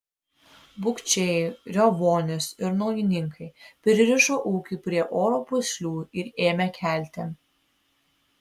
bukčiai riovonys ir naujininkai pririšo ūkį prie oro pūslių ir ėmė kelti